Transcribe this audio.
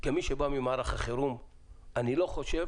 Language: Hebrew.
כמי שבא ממערך החירום אני לא חושב